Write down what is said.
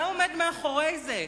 מה עומד מאחורי זה?